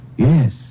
Yes